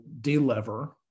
delever